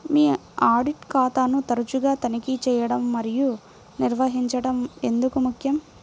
మీ audit ఖాతాను తరచుగా తనిఖీ చేయడం మరియు నిర్వహించడం ఎందుకు ముఖ్యం?